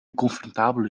comfortabele